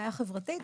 בעיה חברתית,